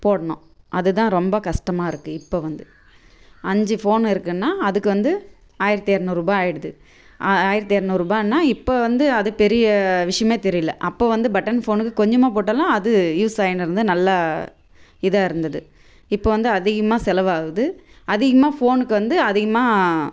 போடணும் அதுதான் ரொம்ப கஷ்டமா இருக்குது இப்போ வந்து அஞ்சு ஃபோன் இருக்குதுன்னா அதுக்கு வந்து ஆயிரத்தி இரநூறுபா ஆயிடுது ஆ ஆயிரத்தி இரநூறுபான்னா இப்போ வந்து அது பெரிய விஷயமே தெரியல அப்போ வந்து பட்டன் ஃபோனுக்கு கொஞ்சமாக போட்டாலும் அது யூஸ் ஆயினுருந்தது நல்லா இதாக இருந்தது இப்போ வந்து அதிகமாக செலவாகுது அதிகமாக ஃபோனுக்கு வந்து அதிகமாக